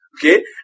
Okay